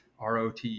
rot